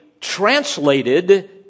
translated